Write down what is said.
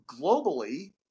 globally